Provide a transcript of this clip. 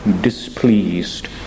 displeased